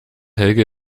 helge